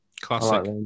classic